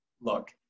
Look